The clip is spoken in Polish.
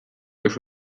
już